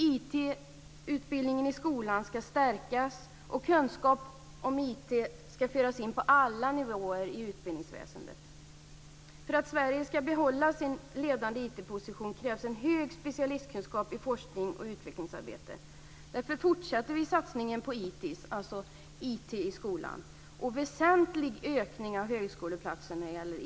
IT-utbildningen i skolan ska stärkas, och kunskap om IT ska föras in på alla nivåer i utbildningsväsendet. För att Sverige ska behålla sin ledande IT-position krävs en hög specialistkunskap i forsknings och utvecklingsarbete. Därför fortsätter vi satsningen på ITIS, alltså IT i skolan, och genomför en väsentlig ökning av antalet högskoleplatser när det gäller IT.